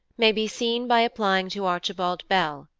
may be seen by applying to archibald bell,